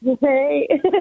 Hey